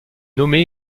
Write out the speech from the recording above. nommée